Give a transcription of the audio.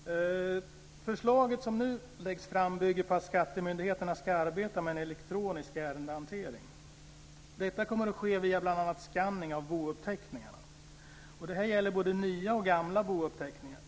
Fru talman! Förslaget som nu läggs fram bygger på att skattemyndigheterna ska arbeta med en elektronisk ärendehantering. Detta kommer att ske via bl.a. skanning av bouppteckningarna. Detta gäller både nya och gamla bouppteckningar.